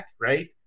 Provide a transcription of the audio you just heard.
right